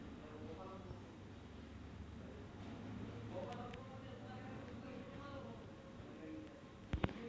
NPS खाते उघडण्यासाठी ID proof, पत्रव्यवहार आणि पासपोर्ट साइज फोटोची आवश्यकता असेल